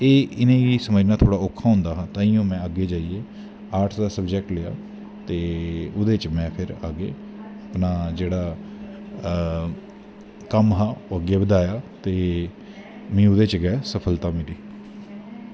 एह् इनेंगी समझना थोह्ड़ा ओक्खा होंदा हा ताईंयों में अग्गैं जाईयै आर्टस दा स्वजैक्ट लेआ ते ओह्दे च फिर में अग्गैं केह् नां जेह्ड़ा कम्म हा ओह् अग्गे बदाया ते मीं ओह्दै च गै सफलता मिली